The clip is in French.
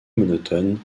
monotone